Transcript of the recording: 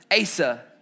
Asa